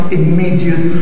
immediate